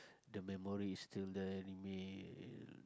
the memory is still there remain